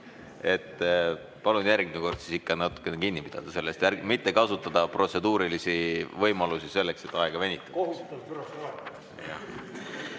Palun järgmine kord ikka natukene kinni pidada sellest ja mitte kasutada protseduurilisi võimalusi selleks, et aega venitada.